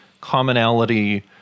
commonality